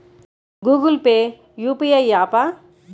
Google Pay UPI య్యాపా?